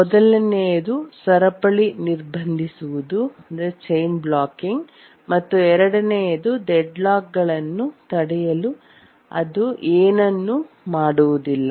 ಮೊದಲನೆಯದು ಸರಪಳಿ ನಿರ್ಬಂಧಿಸುವುದು ಮತ್ತು ಎರಡನೆಯದು ಡೆಡ್ಲಾಕ್ಗಳನ್ನು ತಡೆಯಲು ಅದು ಏನನ್ನೂ ಮಾಡುವುದಿಲ್ಲ